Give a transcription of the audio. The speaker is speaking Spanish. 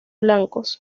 blancos